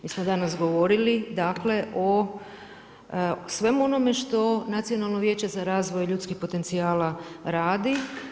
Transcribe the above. Mi smo danas govorili dakle o svemu onome što Nacionalno vijeće za razvoj ljudskih potencijala radi.